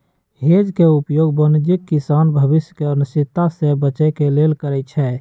hedge के उपयोग वाणिज्यिक किसान भविष्य के अनिश्चितता से बचे के लेल करइ छै